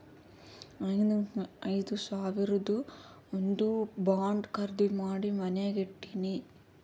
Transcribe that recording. ಐದು ಸಾವಿರದು ಒಂದ್ ಬಾಂಡ್ ಖರ್ದಿ ಮಾಡಿ ಮನ್ಯಾಗೆ ಇಟ್ಟಿನಿ